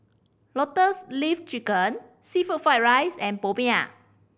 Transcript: Lotus Leaf Chicken seafood fried rice and popiah